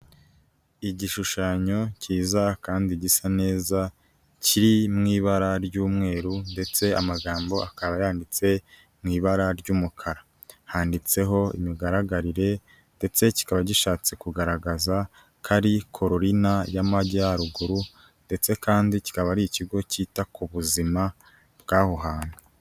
Igishushanyo cyiza kandi gisa neza, kiri mu ibara ry'umweru ndetse amagambo akaba yanditse mu ibara ry'umukara, handitseho imigaragarire ndetse kikaba gishatse kugaragaza ko ari Carolina y'Amajyaruguru ndetse kandi kikaba ari ikigo cyita ku buzima bw'aho hantu.